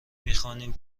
میخوانیم